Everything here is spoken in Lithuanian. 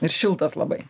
ir šiltas labai